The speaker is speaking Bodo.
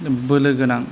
बोलोगोनां